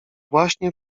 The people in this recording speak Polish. właśnie